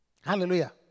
Hallelujah